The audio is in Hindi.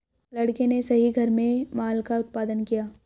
लड़के ने सही घर में माल का उत्पादन किया